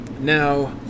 Now